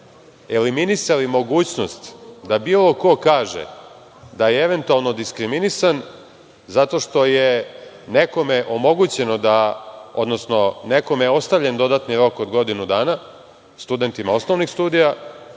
eliminisali mogućnost da bilo ko kaže da je eventualno diskriminisan zato što je nekome omogućeno da, odnosno nekome je ostavljen dodatni rok od godinu dana, studentima osnovnih studija,